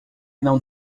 não